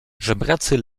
żebracy